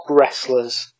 wrestlers